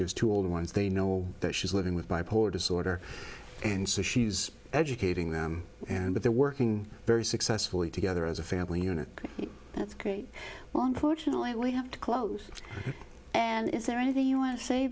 has two older ones they know that she's living with bipolar disorder and so she's educating them and but they're working very successfully together as a family unit that's ok well unfortunately have to close and is there anything you want to say